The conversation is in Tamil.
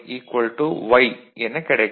y y எனக் கிடைக்கும்